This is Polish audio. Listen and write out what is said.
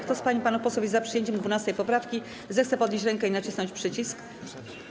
Kto z pań i panów posłów jest za przyjęciem 12. poprawki, zechce podnieść rękę i nacisnąć przycisk.